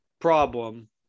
problem